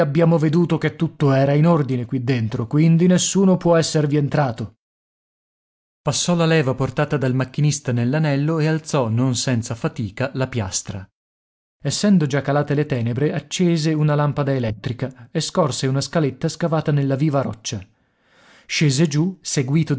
abbiamo veduto che tutto era in ordine qui dentro quindi nessuno può esservi entrato passò la leva portata dal macchinista nell'anello e alzò non senza fatica la piastra essendo già calate le tenebre accese una lampada elettrica e scorse una scaletta scavata nella viva roccia scese giù seguito